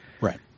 Right